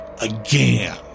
again